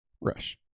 Rush